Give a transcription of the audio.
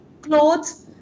clothes